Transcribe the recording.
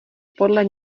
podle